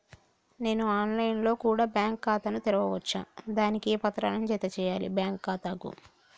నేను online లో కూడా బ్యాంకు ఖాతా ను తెరవ వచ్చా? దానికి ఏ పత్రాలను జత చేయాలి బ్యాంకు ఖాతాకు?